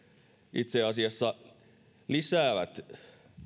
itse asiassa lisäävät